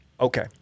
okay